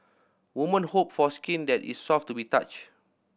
woman hope for skin that is soft to be touch